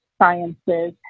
sciences